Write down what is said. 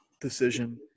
decision